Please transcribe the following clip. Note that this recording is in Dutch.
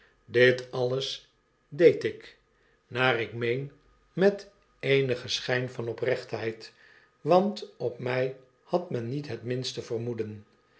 dit alles deed ik naar ik meen met eenigen schp van oprechtheid want op my had men niet het minste vermoeden